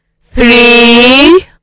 three